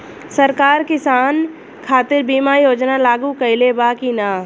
सरकार किसान खातिर बीमा योजना लागू कईले बा की ना?